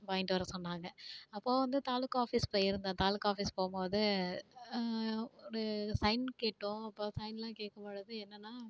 வாங்கிட்டு வர சொன்னாங்க அப்போது வந்து தாலுக்கா ஆஃபீஸ் போயிருந்தேன் தாலுக்கா ஆஃபீஸ் போகும் போது ஒரு சைன் கேட்டோம் அப்போ சைன்லாம் கேட்கும் பொழுது என்னென்னா